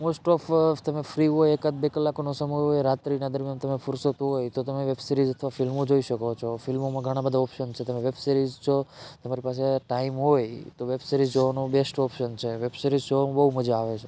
most of તમે free હોય એકાદ બે કલાકનો સમય હોય રાત્રિના દરમિયાન તમે ફુરસત હોય તો તમે વેબ સીરિઝ અથવા ફિલ્મો જોઈ શકો છો ફિલ્મોમાં ઘણા બધા ઓપ્શન છે તમે વેબ સીરિઝ જો તમારી પાસે ટાઈમ હોય તો વેબ સીરિઝ જોવાનો બેસ્ટ ઓપ્શન છે વેબ સીરિઝ જોવામાં બહુ મજા આવે છે